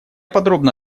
подробно